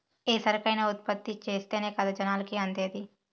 ఏ సరుకైనా ఉత్పత్తి చేస్తేనే కదా జనాలకి అందేది